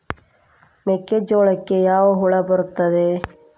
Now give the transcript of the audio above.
ಮೆಕ್ಕೆಜೋಳಕ್ಕೆ ಯಾವ ಹುಳ ಬರುತ್ತದೆ?